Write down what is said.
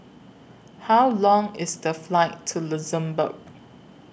How Long IS The Flight to Luxembourg